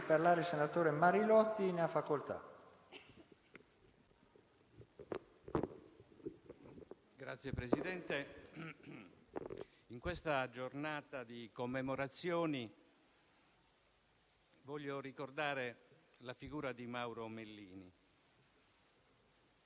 o, ancora, che narrasse i misteri di Montecitorio nel suo ultimo delizioso libro sul Palazzo, è stato sempre uno straordinario combattente contro le ingiustizie, come lo ha definito l'avvocato Patrizio Rovelli, lunedì, sulle pagine de «la Nuova Sardegna».